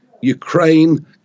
Ukraine